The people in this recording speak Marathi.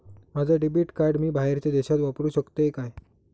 माझा डेबिट कार्ड मी बाहेरच्या देशात वापरू शकतय काय?